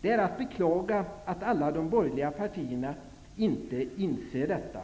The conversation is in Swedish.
Det är att beklaga att alla de borgerliga partierna inte inser detta.